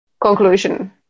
conclusion